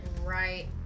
right